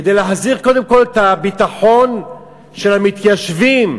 כדי להחזיר קודם כול את הביטחון של המתיישבים,